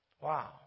Wow